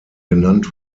genannt